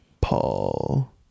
paul